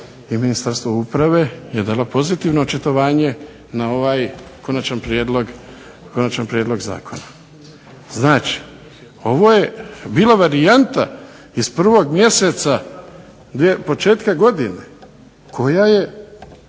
i Ministarstvo uprave je dalo pozitivno očitovanje na ovaj konačan prijedlog zakona. Znači, ovo je bila varijanta iz 1. mjeseca početka godine koja je